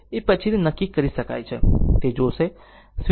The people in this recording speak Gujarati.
તેથી એ પછીથી નક્કી કરી શકાય છે તે જોશે